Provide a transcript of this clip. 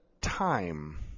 time